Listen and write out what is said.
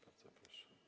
Bardzo proszę.